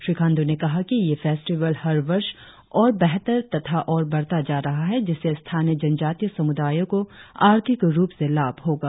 श्री खांडू ने कहा कि यह फेस्टिवल हर वर्ष ओर बेहतर तथा ओर बढ़ता जा रहा है जिससे स्थानीय जनजातीय समुदायों को आर्थिक रुप से लाभ होगा